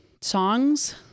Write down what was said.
songs